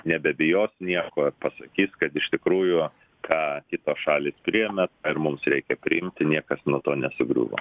nebebijos nieko ir pasakys kad iš tikrųjų ką kitos šalys priėmė ar mums reikia priimti niekas nuo to nesugriūvo